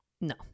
No